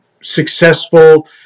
successful